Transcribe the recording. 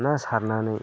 ना सारनानै